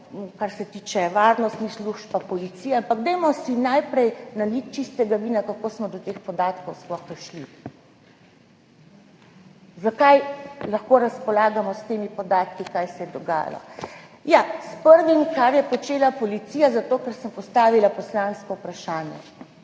kar se tiče varnostnih služb in policije, ampak dajmo si najprej naliti čistega vina, kako smo sploh prišli do teh podatkov. Zakaj lahko razpolagamo s temi podatki, kaj se je dogajalo? S prvim, kar je počela policija, zato, ker sem postavila poslansko vprašanje